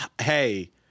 hey –